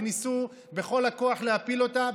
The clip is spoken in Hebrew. וניסו להפיל אותה בכל הכוח.